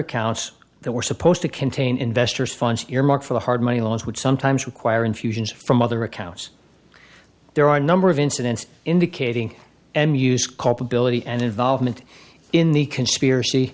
accounts that were supposed to contain investors funds earmarked for the hard money loans would sometimes require infusions from other accounts there are a number of incidents indicating and use culpability and involvement in the conspiracy